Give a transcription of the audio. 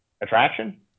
attraction